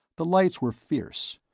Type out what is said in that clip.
the lights were fierce,